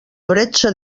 bretxa